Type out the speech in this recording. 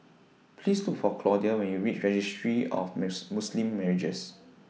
Please Look For Claudia when YOU REACH Registry of Muslim Marriages